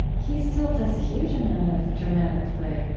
he still does a huge amount of dramatic play.